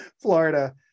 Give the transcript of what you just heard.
Florida